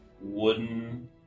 wooden